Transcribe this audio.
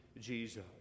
Jesus